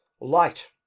light